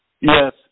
Yes